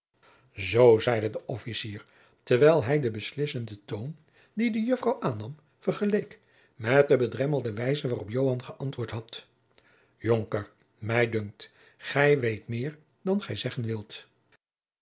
zoo zeide de officier terwijl hij den beslissenden toon dien de juffrouw aannam vergeleek met de bedremmelde wijze waarop joan geantwoord had jonker mij dunkt gij weet meer dan gij zeggen wilt